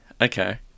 Okay